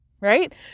right